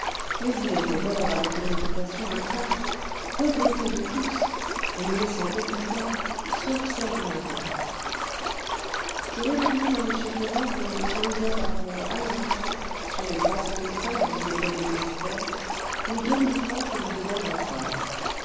mais il était mort avec une réputation intacte regretté de tous et ne laissant aucune dette sauf celle du notaire je répondis à m ferrand que je l'autorisais à prendre à l'instant sur les trois cent mille francs dont il était dépositaire les deux mille francs que lui devait mon frère